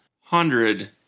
Hundred